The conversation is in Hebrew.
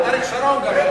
אריק שרון גם,